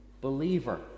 believer